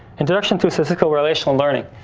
in direction to cyclical relational learning.